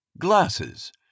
Glasses